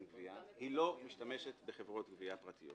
(גבייה) היא לא משתמשת בחברות גבייה פרטיות